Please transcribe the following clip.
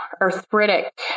arthritic